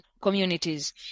communities